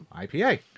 IPA